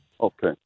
Okay